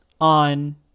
on